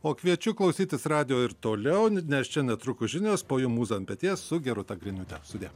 o kviečiu klausytis radijo ir toliau nes čia netrukus žinios po jų mūza ant peties su gerūta griniūte sudie